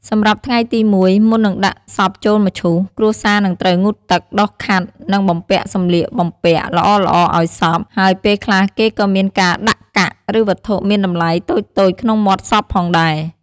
សម្រាប់ថ្ងៃទី១ មុននឹងដាក់សពចូលមឈូស គ្រួសារនឹងត្រូវងូតទឹក ដុសខាត់ និងបំពាក់សម្លៀកបំពាក់ល្អៗឲ្យសព ហើយពេលខ្លះគេក៏មានការដាក់កាក់ ឬវត្ថុមានតម្លៃតូចៗក្នុងមាត់សពផងដែរ។